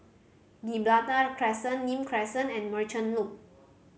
Gibraltar Crescent Nim Crescent and Merchant Loop